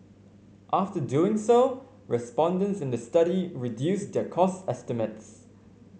after doing so respondents in the study reduced their cost estimates